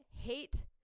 hate